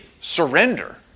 surrender